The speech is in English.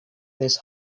this